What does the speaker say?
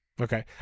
Okay